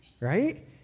right